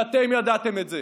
ואתם ידעתם את זה.